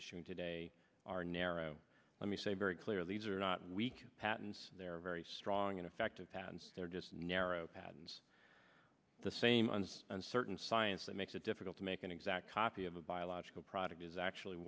issued today are narrow let me say very clear these are not weak patents they're very strong and effective patterns they're just narrow patents the same ones and certain science that makes it difficult to make an exact copy of a biological product is actually